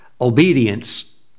obedience